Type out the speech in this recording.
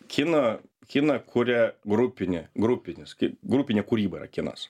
kiną kiną kuria grupinė grupinis kai grupinė kūryba yra kinas